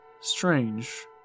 strange